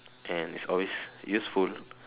and is always useful